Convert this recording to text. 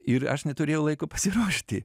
ir aš neturėjau laiko pasiruošti